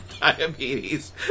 diabetes